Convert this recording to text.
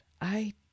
I